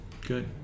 good